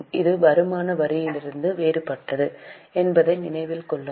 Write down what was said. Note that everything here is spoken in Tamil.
இது வருமான வரியிலிருந்து வேறுபட்டது என்பதை நினைவில் கொள்ளுங்கள்